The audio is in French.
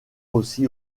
aussi